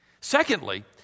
Secondly